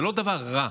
זה לא דבר רע,